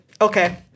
okay